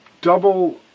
double